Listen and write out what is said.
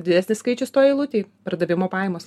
didesnis skaičius toj eilutėj pardavimo pajamos